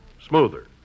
smoother